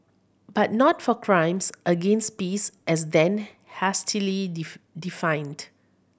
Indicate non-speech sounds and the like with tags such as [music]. but not for crimes against peace as then hastily [unintelligible] defined